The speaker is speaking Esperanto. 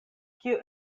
kiu